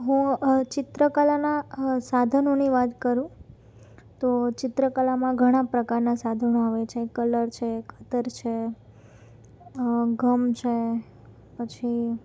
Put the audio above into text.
હું ચિત્રકલાના સાધનોની વાત કરું તો ચિત્રકલામાં ઘણા પ્રકારના સાધનો આવે છે કલર છે કતર છે ગમ છે પછી